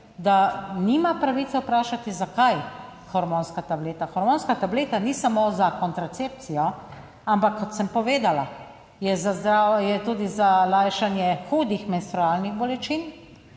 da nima pravice vprašati, zakaj hormonska tableta. Hormonska tableta ni samo za kontracepcijo, ampak kot sem povedala, je za zdravje, tudi za lajšanje hudih menstrualnih bolečin,